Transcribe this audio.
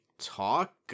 Talk